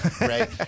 right